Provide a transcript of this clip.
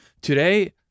Today